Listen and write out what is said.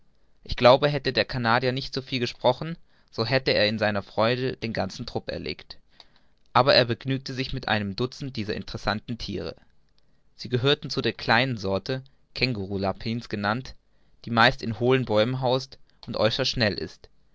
ich glaube hätte der canadier nicht so viel gesprochen so hätte er in seiner freude den ganzen trupp erlegt aber er begnügte sich mit einem dutzend dieser interessanten thiere sie gehörten zu der kleinen sorte känguru lapins genannt die meist in hohlen bäumen haust und äußerst schnell ist